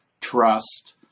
trust